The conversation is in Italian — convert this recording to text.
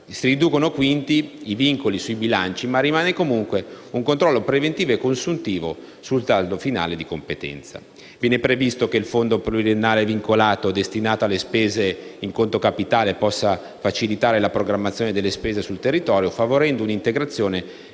Si riducono, quindi, i vincoli sui bilanci, ma rimane, comunque, un controllo preventivo e consuntivo sul saldo finale di competenza. Viene previsto che il fondo pluriennale vincolato, destinato alle spese in conto capitale, possa facilitare la programmazione delle spese sul territorio, favorendone un'integrazione,